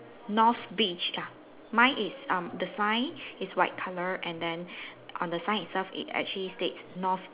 North beach ya mine is um the sign is white colour and then on the sign itself it actually states North